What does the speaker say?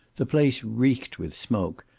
the place reeked with smoke,